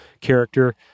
character